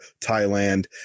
Thailand